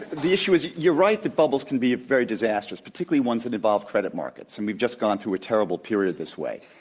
the issue is, you're right, the bubbles can be very disastrous, particularly ones that involve credit markets. and we've just gone through a terrible period this way.